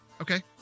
Okay